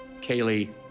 Kaylee